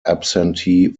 absentee